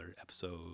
episode